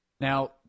Now –